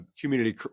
community